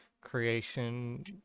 creation